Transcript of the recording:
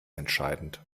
entscheidend